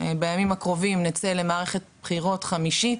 בימים הקרובים נצא למערכת בחירות חמישית